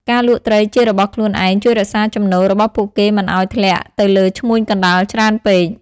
ការលក់ត្រីជារបស់ខ្លួនឯង ជួយរក្សា ចំណូល របស់ពួកគេមិនឱ្យធ្លាក់ទៅលើឈ្មួញកណ្តាលច្រើនពេក។